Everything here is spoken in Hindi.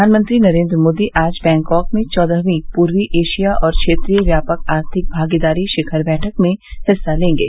प्रधानमंत्री नरेन्द्र मोदी आज बैंकाक में चौदहवीं पूर्वी एशिया और क्षेत्रीय व्यापक आर्थिक भागीदारी शिखर बैठक में हिस्सा लेंगे